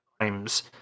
times